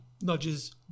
nudges